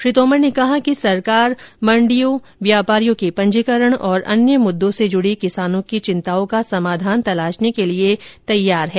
श्री तोमर ने कहा कि सरकार मंडियों व्यापारियों के पंजीकरण और अन्य मुद्दों से जुड़ी किसानों की चिन्ताओं का समाधान तलाशने के लिए तैयार है